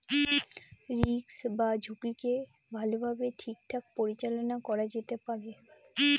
risk বা ঝুঁকিকে ভালোভাবে ঠিকঠাক পরিচালনা করা যেতে পারে